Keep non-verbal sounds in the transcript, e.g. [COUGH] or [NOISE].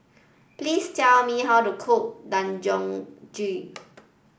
please tell me how to cook [UNINTELLIGIBLE]